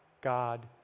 God